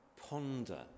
ponder